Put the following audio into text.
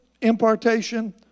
impartation